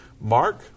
Mark